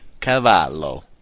cavallo